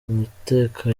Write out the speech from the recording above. amateka